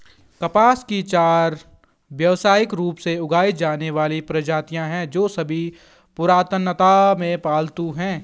कपास की चार व्यावसायिक रूप से उगाई जाने वाली प्रजातियां हैं, जो सभी पुरातनता में पालतू हैं